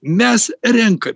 mes renka